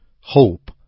hope